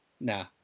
Nah